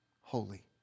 holy